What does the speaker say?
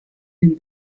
den